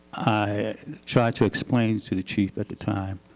i tried to explain to the chief at the time,